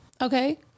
okay